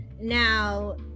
now